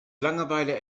langeweile